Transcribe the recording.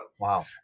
Wow